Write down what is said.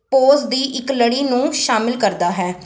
pose ਦੀ ਇੱਕ ਲੜੀ ਨੂੰ ਸ਼ਾਮਿਲ ਕਰਦਾ ਹੈ